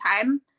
time